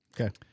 Okay